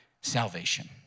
salvation